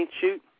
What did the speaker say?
shoot